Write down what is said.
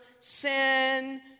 sin